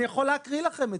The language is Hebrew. אני יכול להקריא לכם.